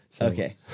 Okay